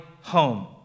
home